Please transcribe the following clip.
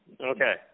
Okay